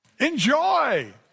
enjoy